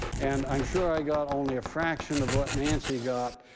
and i'm sure i got only a fraction of what nancy got,